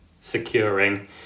securing